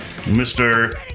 Mr